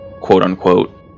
quote-unquote